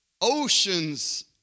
oceans